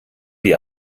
die